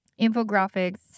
infographics